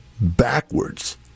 backwards